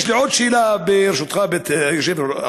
יש לי עוד שאלה, ברשותך, היושב-ראש.